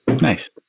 Nice